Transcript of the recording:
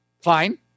fine